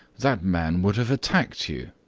that man would have attacked you,